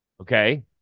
okay